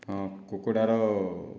ହଁ କୁକୁଡ଼ାର